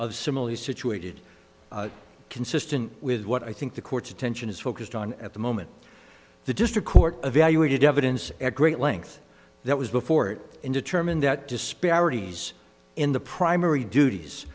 of similarly situated consistent with what i think the court's attention is focused on at the moment the district court evaluated evidence at great length that was before it and determined that disparities in the primary duties